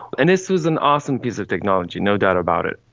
and this was an awesome piece of technology, no doubt about it.